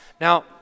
now